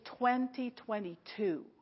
2022